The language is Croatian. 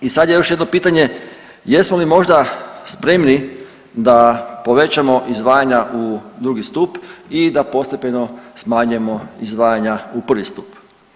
I sad je još jedno pitanje, jesmo li možda spremni da povećamo izdvajanja u drugi stup i da postepeno smanjujemo izdvajanja u prvi stup?